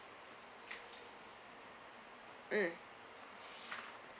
um